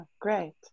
great